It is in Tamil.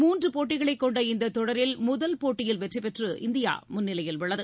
மூன்று போட்டிகளை கொண்ட இந்த தொடரில் முதல் போட்டியில் வெற்றி பெற்று இந்தியா முன்னிலையில் உள்ளது